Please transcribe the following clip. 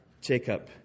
Jacob